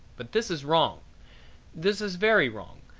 but this is wrong this is very wrong,